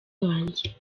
wanjye